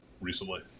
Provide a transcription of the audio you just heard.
recently